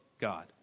God